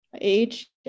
age